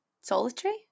solitary